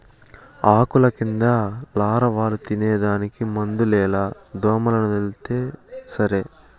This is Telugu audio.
ఆకుల కింద లారవాలు తినేదానికి మందులేల దోమలనొదిలితే సరి